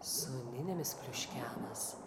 su undinėmis pliuškenas